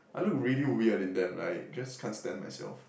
I look really weird in them like just can't stand myself